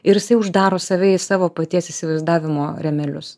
ir jisai uždaro save į savo paties įsivaizdavimo rėmelius